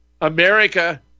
America